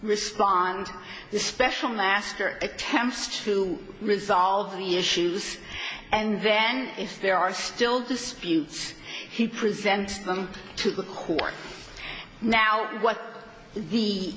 respond the special master attempts to resolve the issues and then if there are still disputes he presents them to the court now what the